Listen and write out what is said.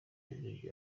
ijwi